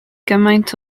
gymaint